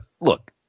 look